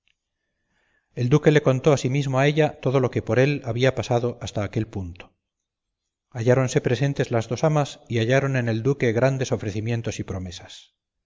el duque le contó asimismo a ella todo lo que por él había pasado hasta aquel punto halláronse presentes las dos amas y hallaron en el duque grandes ofrecimientos y promesas